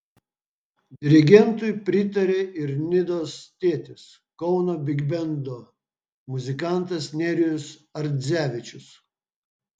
dirigentui pritarė ir nidos tėtis kauno bigbendo muzikantas nerijus ardzevičius